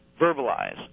verbalize